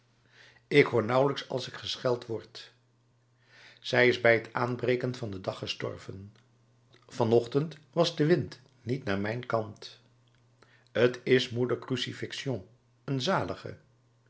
ik hoor nauwelijks als ik gescheld word zij is bij t aanbreken van den dag gestorven van ochtend was de wind niet naar mijn kant t is moeder crucifixion een zalige